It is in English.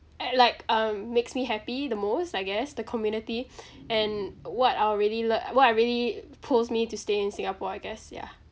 at like um makes me happy the most I guess the community and what I will really li~ what I really pulls me to stay in singapore I guess yeah